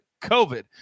COVID